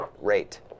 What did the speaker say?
rate